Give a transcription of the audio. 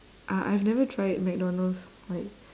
uh I've never tried mcdonald's like